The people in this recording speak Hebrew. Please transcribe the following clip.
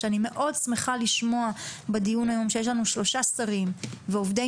שאני מאוד שמחה לשמוע בדיון היום שיש לנו שלושה שרים ועובדי